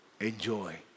Enjoy